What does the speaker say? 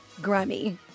Grammy